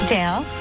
Dale